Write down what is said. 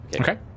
okay